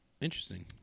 Interesting